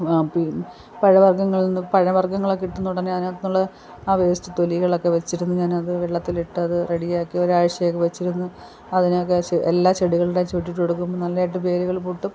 വാ പിൻ പഴ വർഗ്ഗങ്ങളിൽ നിന്നും പഴ വർഗ്ഗങ്ങളൊക്കെ കിട്ടുന്നൊടനെ അതിനാത്തൂന്നുള്ള ആ വേസ്റ്റ് തൊലികളൊക്കെ വെച്ചിരുന്ന് ഞാനത് വെള്ളത്തിലിട്ടത് റെഡിയാക്കി ഒരാഴ്ച്ചയൊക്കെ വെച്ചിരുന്നു അതിനൊക്കെ എല്ലാ ചെടികൾടേം ചോട്ടിലിട്ട് കൊടുക്കുമ്പോൾ നല്ലതായിട്ട് വേരുകൾ പൊട്ടും